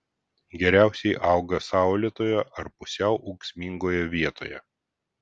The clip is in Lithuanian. geriausiai auga saulėtoje ar pusiau ūksmingoje vietoje